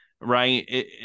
right